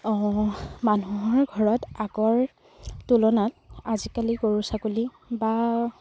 অঁ মানুহৰ ঘৰত আগৰ তুলনাত আজিকালি গৰু ছাগলী বা